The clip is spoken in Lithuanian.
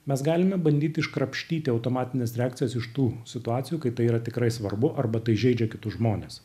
mes galime bandyti iškrapštyti automatines reakcijas iš tų situacijų kai tai yra tikrai svarbu arba tai žeidžia kitus žmones